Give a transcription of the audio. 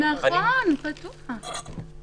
הוא פתוח בכוונה כדי שלא יטפסו.